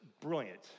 brilliant